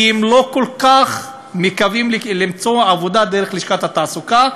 כי הם לא כל כך מקווים למצוא עבודה דרך לשכת התעסוקה,